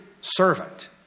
servant